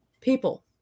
people